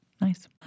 nice